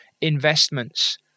investments